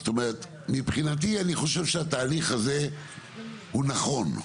זאת אומרת מבחינתי אני חושב שהתהליך הזה הוא נכון,